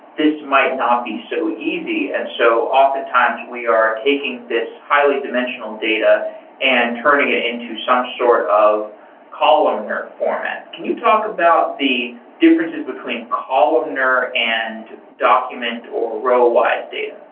this might not be so easy. and so oftentimes, we are taking this highly dimensional data and turning it into some sort of columnar format. can you talk about the differences between columnar and document, or row-wise data?